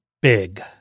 big